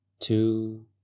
two